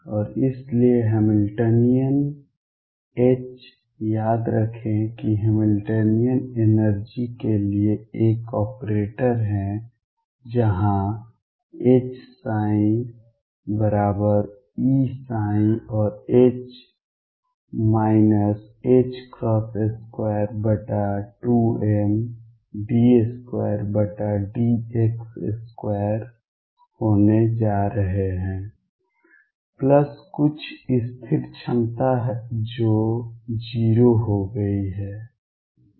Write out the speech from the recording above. और इसलिए Hamiltonian H याद रखें कि हैमिल्टनियन एनर्जी के लिए एक ऑपरेटर है जहां HψEψ और H 22md2dx2 होने जा रहे हैं प्लस कुछ स्थिर क्षमता जो 0 हो गई है